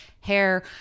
hair